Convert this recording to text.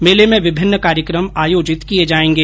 मेर्ले में विभिन्न कार्यक्रम आयोजित किये जायेंगे